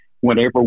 Whenever